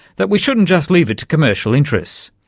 that we shouldn't just leave it to commercial interests.